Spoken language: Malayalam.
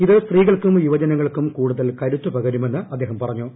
ഇത് സ്ത്രീകൾക്കും യുവജനങ്ങൾക്കും കൂടുതൽ കരുത്ത് പകരുമെന്ന് അദ്ദേഹം പറഞ്ഞു